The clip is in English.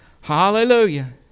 Hallelujah